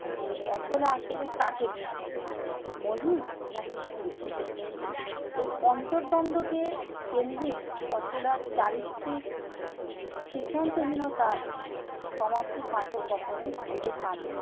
আসলে অচলা আসলে কাকে চায় মহিম না কি সুরেশ এই অন্তর্দ্বন্দ্বকে কেন্দ্রিক অচলার চারিত্রিক সিদ্ধান্তহীনতার সমাপ্তি পাঠক কখনোই খুঁজে পাবেন না